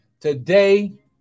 Today